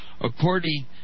according